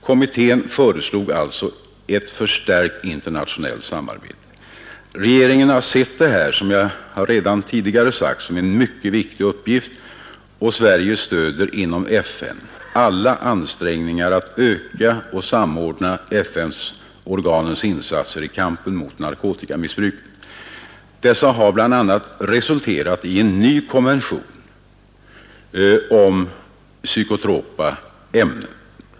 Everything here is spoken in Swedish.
Kommittén föreslog ett förstärkt internationellt samarbete. Regeringen har, som jag redan tidigare sagt, sett detta som en viktig uppgift, och Sverige stöder inom FN alla ansträngningar att öka och samordna FN-organens insatser i kampen mot narkotikamissbruket. Dessa har bl.a. resulterat i en ny konvention om psykotropa ämnen.